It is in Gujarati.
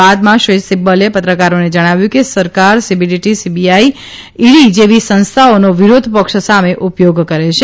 બાદમાં શ્રી સિબ્બલે પત્રકારોને જણાવ્યું કે સરકાર સીબીડીટી સીબીઆઇ ઇડી જેવી સંસ્થાઓનો વિરોધપક્ષ સામે ઉપયોગ કરે છે